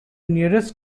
nearest